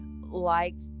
liked